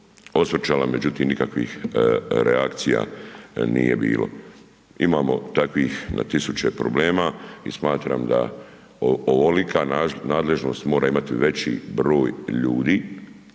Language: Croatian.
osvrćala, međutim nikakvih reakcija nije bilo. Imamo takvih na 1000 problema i smatram da ovolika nadležnost mora imati veći broj ljudi,